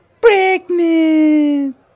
pregnant